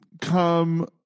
come